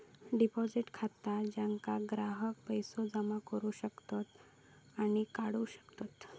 deposit खाता ज्यात ग्राहक पैसो जमा करू शकतत आणि काढू शकतत